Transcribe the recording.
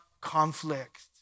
conflict